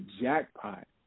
jackpot